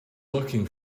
looking